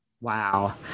wow